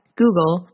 Google